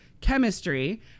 Chemistry